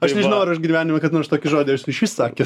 aš nežinau ar aš gyvenime kada nors tokį žodį esu išvis sakęs